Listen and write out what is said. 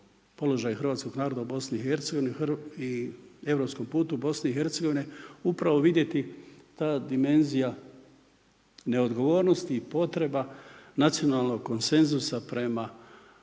položaju hrvatskog naroda u Bosni i Hercegovini i europskom putu Bosne i Hercegovine upravo vidjeti ta dimenzija neodgovornosti i potreba nacionalnog konsenzusa prema Hrvatima